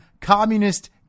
communist